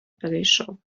перейшов